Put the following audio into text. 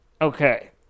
Okay